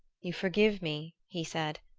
you forgive me, he said,